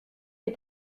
des